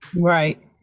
Right